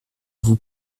vous